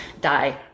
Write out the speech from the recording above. die